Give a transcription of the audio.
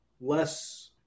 less